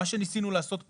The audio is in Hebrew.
מה שניסינו לעשות פה,